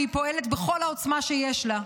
והיא פועלת בכל העוצמה שיש לה.